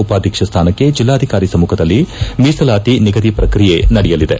ಉಪಾಧ್ಯಕ್ಷ ಸ್ಥಾನಕ್ಕೆ ಜೆಲ್ಲಾಧಿಕಾರಿ ಸಮ್ಮುಖದಲ್ಲಿ ಮೀಸಲಾತಿ ನಿಗದಿ ಪ್ರಕ್ರಿಯೆ ನಡೆಯಲಿದೆ